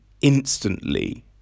instantly